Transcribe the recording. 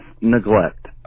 neglect